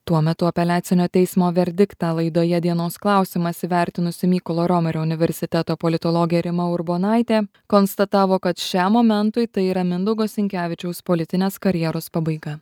tuo metu apeliacinio teismo verdiktą laidoje dienos klausimas įvertinusi mykolo romerio universiteto politologė rima urbonaitė konstatavo kad šiam momentui tai yra mindaugo sinkevičiaus politinės karjeros pabaiga